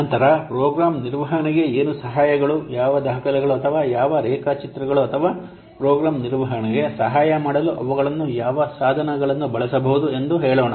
ನಂತರ ಪ್ರೋಗ್ರಾಂ ನಿರ್ವಹಣೆಗೆ ಏನು ಸಹಾಯಗಳು ಯಾವ ದಾಖಲೆಗಳು ಅಥವಾ ಯಾವ ರೇಖಾಚಿತ್ರಗಳು ಅಥವಾ ಪ್ರೋಗ್ರಾಂ ನಿರ್ವಹಣೆಗೆ ಸಹಾಯ ಮಾಡಲು ಅವುಗಳನ್ನು ಯಾವ ಸಾಧನಗಳನ್ನು ಬಳಸಬಹುದು ಎಂದು ಹೇಳೋಣ